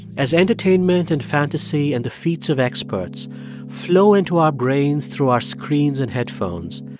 as entertainment and fantasy and the feats of experts flow into our brains through our screens and headphones,